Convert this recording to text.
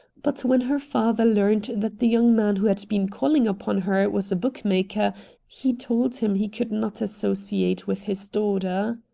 but when her father learned that the young man who had been calling upon her was a bookmaker he told him he could not associate with his daughter.